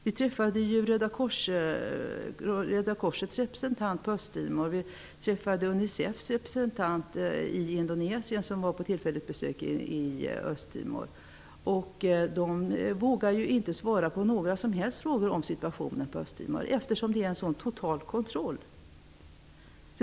Vi träffade Röda korsets representant på Östtimor, och vi träffade UNICEF:s representant i De vågade inte svara på några som helst frågor om situationen på Östtimor eftersom det råder sådan total kontroll.